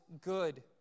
good